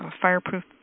fireproof